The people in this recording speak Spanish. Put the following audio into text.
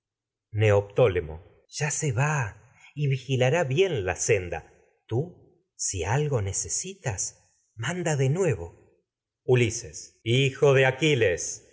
demás griegos ya se neoptólemo va y vigilará bien la senda tú si algo necesitas manda de nuevo ulises venido hijo de que aquiles